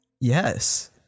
Yes